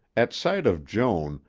at sight of joan,